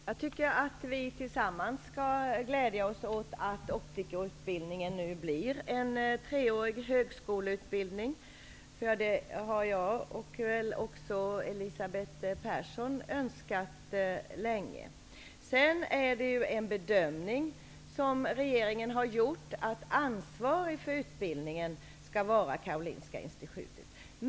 Herr talman! Jag tycker att vi tillsammans skall glädjas åt att optikerutbildningen nu blir en treårig högskoleutbildning. Det har jag och Elisabeth Persson önskat länge. Regeringen har gjort den bedömningen att ansvarigt för utbildningen skall vara Karolinska institutet.